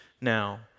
now